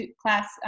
class